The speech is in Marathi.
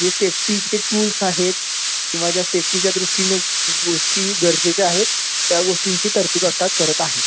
हे सेफ्टीचे टूल्स आहेत किंवा ज्या सेफ्टीच्या दृष्टीने गोष्टी गरजेच्या आहेत त्या गोष्टींची तरतूद आता करत आहे